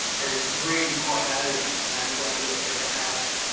and it's really quite early when we're looking at the house.